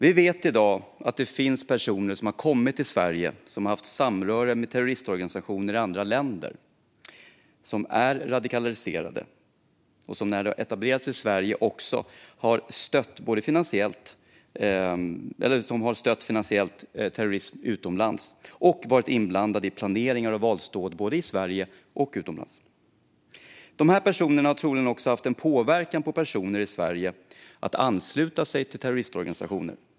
Vi vet i dag att det finns personer som har kommit till Sverige, som har haft samröre med terroristorganisationer i andra länder, som är radikaliserade och som när de har etablerat sig i Sverige har stöttat terrorism utomlands finansiellt och varit inblandade i planeringar av våldsdåd både i Sverige och utomlands. De personerna har troligen också haft en påverkan på personer i Sverige när det gäller att ansluta sig till terroristorganisationer.